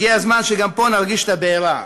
הגיע הזמן שגם פה נרגיש את הבעירה,